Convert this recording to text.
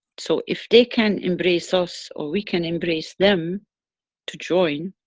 so, if they can embrace us, or we can embrace them to join,